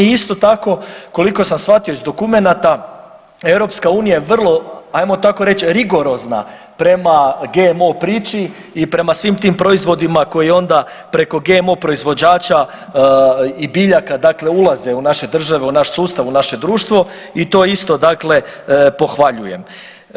Isto tako koliko sam shvatio iz dokumenata EU je vrlo ajmo tako reć rigorozna prema GMO priči i prema svim tim proizvodima koji onda preko GMO proizvođača i biljaka dakle ulaze u naše države, u naš sustav, u naše društvo i to isto dakle pohvaljujem.